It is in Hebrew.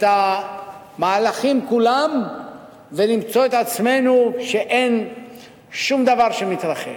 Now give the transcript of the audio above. המהלכים כולם ולמצוא את עצמנו שאין שום דבר שמתרחש.